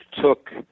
took